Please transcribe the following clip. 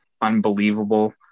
unbelievable